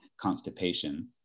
constipation